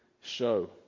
show